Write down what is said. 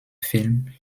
film